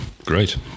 Great